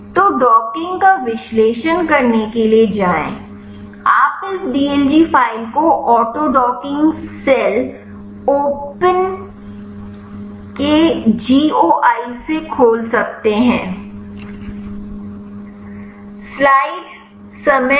तो डॉकिंग का विश्लेषण करने के लिए जाएं आप इस dlg फ़ाइल को ऑटोडॉकिंग सेल ओपन के गोई से खोल सकते हैं